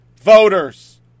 voters